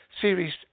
Series